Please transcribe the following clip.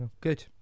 Good